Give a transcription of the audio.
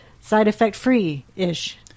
side-effect-free-ish